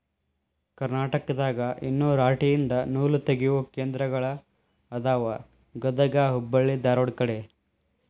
ಕರ್ನಾಟಕದಾಗ ಇನ್ನು ರಾಟಿ ಯಿಂದ ನೂಲತಗಿಯು ಕೇಂದ್ರಗಳ ಅದಾವ ಗರಗಾ ಹೆಬ್ಬಳ್ಳಿ ಧಾರವಾಡ ಕಡೆ